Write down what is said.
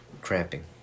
cramping